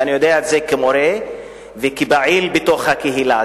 אני יודע את זה כמורה וכפעיל בתוך הקהילה.